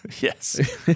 yes